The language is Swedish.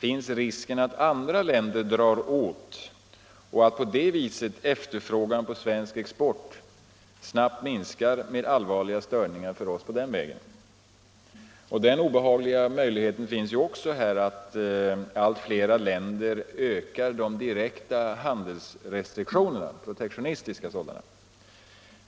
skulle risken finnas att andra länder drog åt och att på det sättet efterfrågan på svensk export snabbt skulle minska med allvarliga störningar för oss. Den obehagliga möjligheten finns också, att allt fler länder ökar de direkta, protektionistiska handelsrestriktionerna.